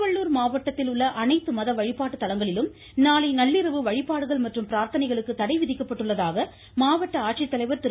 திருவள்ளுர் மாவட்டத்தில் உள்ள அனைத்து மத வழிபாட்டு தலங்களிலும் நாளை நள்ளிரவு வழிபாடுகள் கடை விதிக்கப்பட்டுள்ளதாக மாவட்ட ஆட்சித்தலைவர் திரு